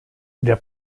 der